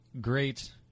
great